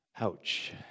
Ouch